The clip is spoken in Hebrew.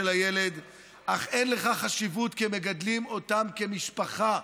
הילד אך אין לכך חשיבות כי הם מגדלים אותם כמשפחה.